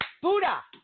Buddha